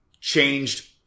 changed